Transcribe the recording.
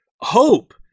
hope